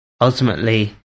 ultimately